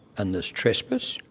and there's trespass.